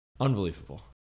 Unbelievable